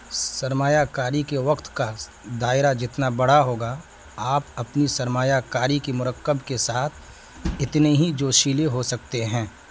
سرمایہ کاری کے وقت کا دائرہ جتنا بڑا ہوگا آپ اپنی سرمایہ کاری کے مرکب کے ساتھ اتنے ہی جوشیلے ہو سکتے ہیں